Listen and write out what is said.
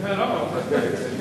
רק להודות.